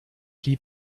lieb